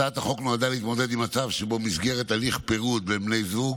הצעת החוק נועדה להתמודד עם מצב שבו במסגרת הליך פירוד בין בני זוג